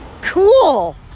cool